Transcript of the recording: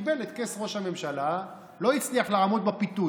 קיבל את כס ראש הממשלה, לא הצליח לעמוד בפיתוי.